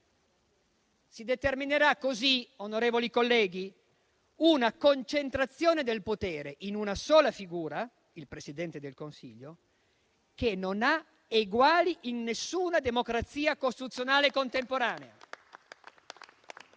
Si determinerà così, onorevoli colleghi, una concentrazione del potere in una sola figura, il Presidente del Consiglio, che non ha eguali in nessuna democrazia costituzionale contemporanea.